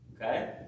Okay